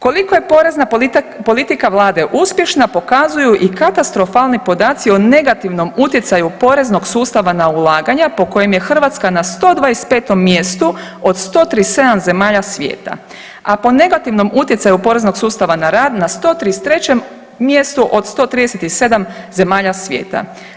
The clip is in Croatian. Koliko je porezna politika Vlade uspješna pokazuju i katastrofalni podaci o negativnom utjecaju poreznog sustava na ulaganja po kojim je Hrvatska na 125 mjestu od 137 zemalja svijeta, a po negativnom utjecaju poreznog sustava na rad na 133 mjestu od 137 zemalja svijeta.